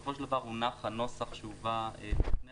ובסופו של דבר הונח הנוסח שהובא בפני הוועדה,